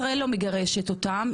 ישראל לא מגרשת אותם,